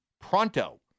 pronto